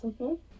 okay